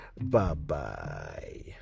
Bye-bye